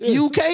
UK